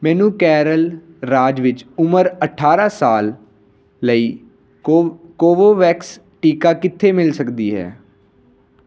ਮੈਨੂ ਕੇਰਲ ਰਾਜ ਵਿੱਚ ਉਮਰ ਅਠਾਰਾਂ ਸਾਲ ਲਈ ਕੋ ਕੋਵੋਵੈਕਸ ਟੀਕਾ ਕਿੱਥੇ ਮਿਲ ਸਕਦੀ ਹੈ